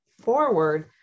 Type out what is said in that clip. forward